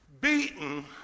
beaten